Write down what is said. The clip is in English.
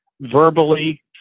verbally